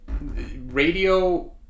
radio